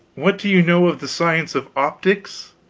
what do you know of the science of optics?